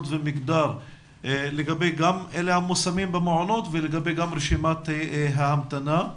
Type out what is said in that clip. ומגדר גם לגבי המושמים במעונות וגם לגבי רשימת ההמתנה.